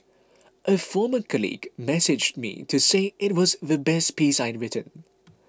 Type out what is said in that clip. a former colleague messaged me to say it was the best piece I'd written